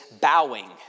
bowing